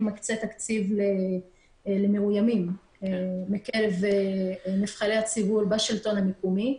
מקצה תקציב למאוימים מקרב נבחרי הציבור בשלטון המקומי.